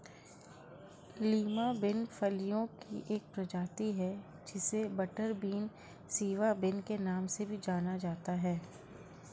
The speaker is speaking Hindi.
लीमा बिन फलियों की एक प्रजाति है जिसे बटरबीन, सिवा बिन के नाम से भी जाना जाता है